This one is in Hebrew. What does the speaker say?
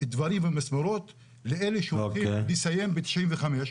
דברים ומסמרות לאלה שעומדים לסיים ב-95',